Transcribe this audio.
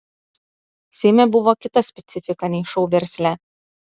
seime buvo kita specifika nei šou versle